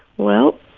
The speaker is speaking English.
well,